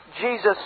Jesus